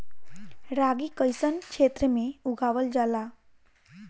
रागी कइसन क्षेत्र में उगावल जला?